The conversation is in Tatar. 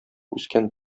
үскән